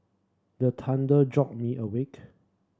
the thunder jolt me awake